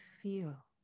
feel